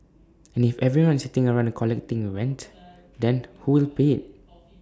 and if everyone is sitting around the collecting rent then who will pay IT